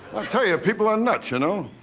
tell ya people are nuts ya know.